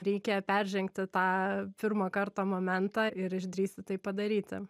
reikia peržengti tą pirmo karto momentą ir išdrįsti tai padaryti